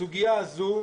הסוגיה הזו,